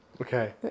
Okay